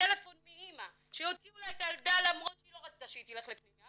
טלפון מאמא שהוציאו לה את הילדה למרות שהיא לא רצתה שהיא תלך לפנימיה.